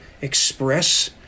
express